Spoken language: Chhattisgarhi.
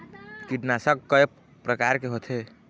कीटनाशक कय प्रकार के होथे?